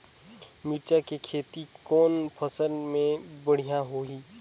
मिरचा के खेती कौन मौसम मे बढ़िया होही?